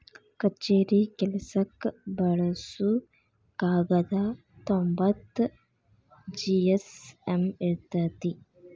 ಕಛೇರಿ ಕೆಲಸಕ್ಕ ಬಳಸು ಕಾಗದಾ ತೊಂಬತ್ತ ಜಿ.ಎಸ್.ಎಮ್ ಇರತತಿ